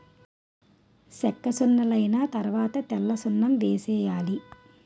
సెక్కసున్నలైన తరవాత తెల్లసున్నం వేసేయాలి